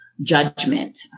judgment